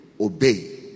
obey